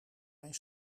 mijn